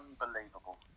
Unbelievable